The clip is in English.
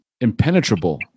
impenetrable